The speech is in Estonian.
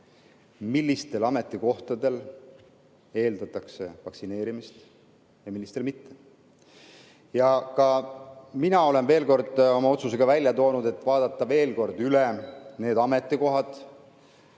millistel ametikohtadel eeldatakse vaktsineerimist ja millistel mitte. Mina olen oma otsusega välja toonud, et tuleb vaadata veel kord üle need ametikohad,